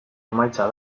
emaitza